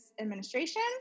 administration